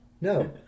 No